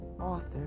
author